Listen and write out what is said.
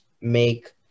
make